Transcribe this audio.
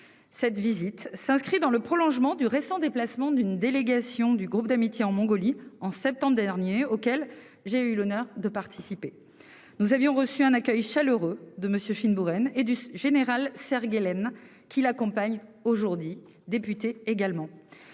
Cette visite s'inscrit dans le prolongement du récent déplacement d'une délégation du groupe d'amitié en Mongolie, en septembre dernier, auquel j'ai eu l'honneur de participer. Nous avions reçu un accueil chaleureux de M. Chinburen et du général Sergelen Tsedev, qui l'accompagne aujourd'hui. Cette visite est